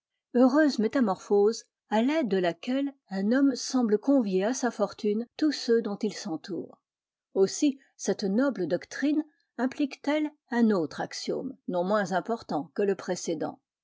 heureuse métamorphose à l'aide de laquelle un homme semble convier à sa fortune tous ceux dont il s'entoure aussi cette noble doctrine impliquet elle un autre axiome non moins important que le précédent